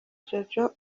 jojo